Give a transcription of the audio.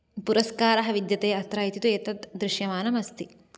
पुरस्कारः विद्यते अत्र इति तु एतत् दृश्यमानम् अस्ति